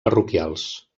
parroquials